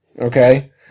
okay